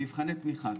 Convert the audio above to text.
מבחני תמיכה.